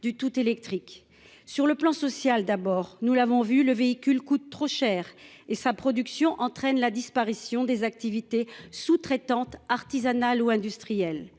du tout électrique. Sur le plan social d'abord, nous l'avons vu le véhicule coûte trop cher et sa production entraîne la disparition des activités sous-traitante artisanal ou industriel.